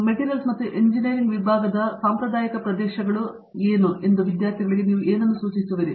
materials ಮತ್ತು ಎಂಜಿನಿಯರಿಂಗ್ನ ನಮ್ಮ ಸಾಂಪ್ರದಾಯಿಕ ಪ್ರದೇಶಗಳಲ್ಲಿ ವಿದ್ಯಾರ್ಥಿಗಳು ಏನು ನೋಡುವ ಸಾಧ್ಯತೆಯಿದೆ ಎಂದು ನೀವು ಯೋಚಿಸುವಿರಿ